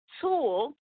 tool